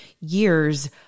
years